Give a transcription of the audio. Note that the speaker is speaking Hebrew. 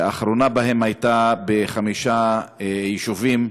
האחרונה שבהן לחמישה יישובים: